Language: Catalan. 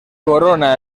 corona